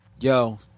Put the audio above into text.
Yo